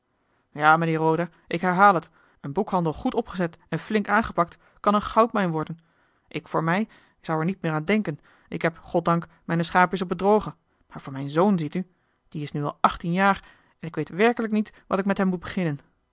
ja mijnheer roda ik herhaal het een boekhandel goed opgezet en flink aangepakt kan eene goudmijn worden ik voor mij zou er niet meer aan denken ik heb goddank mijne schaapjes op het droge maar voor mijn zoon ziet u die is nu al achttien jaar en ik weet werkelijk niet wat ik met hem moet beginnen